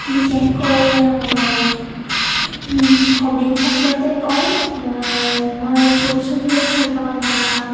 বিশেষকৈ কি হ'বিৰ ক্ষেত্ৰতেই কওঁ বা মই ফুল চুল ৰুই ভাল পাওঁ বা